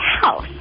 house